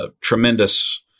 tremendous